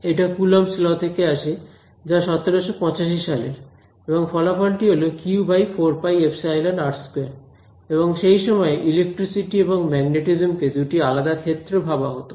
এটা Coulomb's law Coulomb's law থেকে আসে যা 1785 সালের এবং ফলাফল টি হল q4πεr2 এবং সেই সময় ইলেকট্রিসিটি এবং ম্যাগনেটিজম কে দুটি আলাদা ক্ষেত্র ভাবা হতো